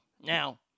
Now